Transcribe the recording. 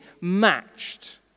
matched